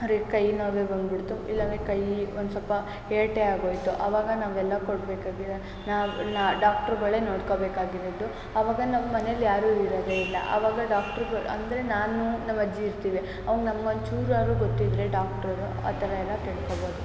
ಅವ್ರಿಗೆ ಕೈ ನೋವೇ ಬಂದುಬಿಡ್ತು ಇಲ್ಲಾಂದ್ರೆ ಕೈಯಿ ಒಂದು ಸ್ವಲ್ಪ ಏಟೇ ಆಗೋಯಿತು ಅವಾಗ ನಾವೆಲ್ಲ ಕೊಡಬೇಕಾಗಿದೆ ನಾವು ನಾ ಡಾಕ್ಟ್ರುಗಳೆ ನೋಡ್ಕೊಬೇಕಾಗಿರೋದು ಅವಾಗ ನಮ್ಮ ಮನೇಲಿ ಯಾರೂ ಇರೋದೆ ಇಲ್ಲ ಅವಾಗ ಡಾಕ್ಟ್ರುಗೆ ಅಂದರೆ ನಾನು ನಮ್ಮ ಅಜ್ಜಿ ಇರ್ತೀವಿ ಅವಾಗ ನಮ್ಗೊಂದು ಚೂರಾದ್ರು ಗೊತ್ತಿದ್ದರೆ ಡಾಕ್ಟರು ಆ ಥರ ಎಲ್ಲ ತಿಳ್ಕೋಬೋದು